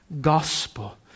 gospel